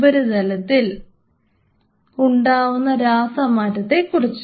ഉപരിതലത്തിൽ ഉണ്ടാവുന്ന രാസമാറ്റത്തെക്കുറിച്ച്